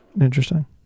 interesting